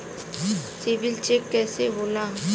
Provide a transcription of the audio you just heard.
CIBIL check कइसे होला?